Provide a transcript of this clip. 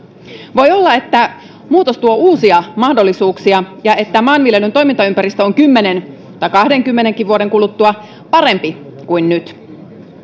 voi olla että muutos tuo uusia mahdollisuuksia ja että maanviljelyn toimintaympäristö on kymmenen tai kahdenkymmenenkin vuoden kuluttua parempi kuin nyt